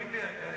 מזכירים לי,